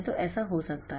तो ऐसा हो सकता है